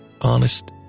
honest